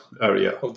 area